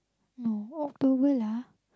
no October lah